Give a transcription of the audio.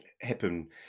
happen